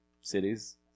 cities